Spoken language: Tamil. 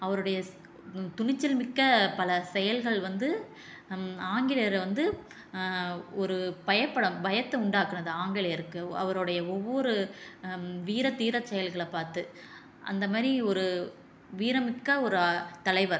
அவருடைய ஸ் துணிச்சல் மிக்க பல செயல்கள் வந்து ஆங்கிலேயரை வந்து ஒரு பயப்பட பயத்தை உண்டாக்கினது ஆங்கிலேயருக்கு அவரோடைய ஒவ்வொரு வீரத்தீர செயல்களை பார்த்து அந்த மாதிரி ஒரு வீரமிக்க ஒரு தலைவர்